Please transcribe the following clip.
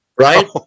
right